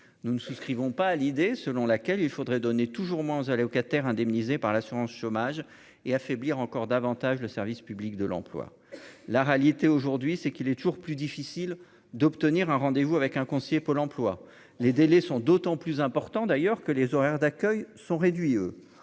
nous ne souscrivons pas à l'idée selon laquelle il faudrait donner toujours moins allocataires indemnisés par l'assurance chômage et affaiblir encore davantage le service public de l'emploi, la réalité aujourd'hui, c'est qu'il est toujours plus difficile d'obtenir un rendez-vous avec un conseiller Pôle Emploi : les délais sont d'autant plus important d'ailleurs que les horaires d'accueil sont réduits,